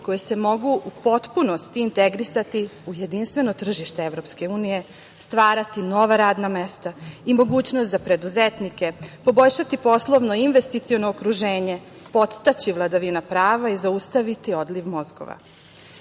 koje se mogu u potpunosti integrisati u jedinstveno tržište EU, stvarati nova radna mesta i mogućnost za preduzetnike, poboljšati poslovno investiciono okruženje, podstaći vladavinu prava i zaustaviti odliv mozgova. Ono